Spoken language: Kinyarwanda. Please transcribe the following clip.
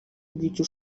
bw’icyo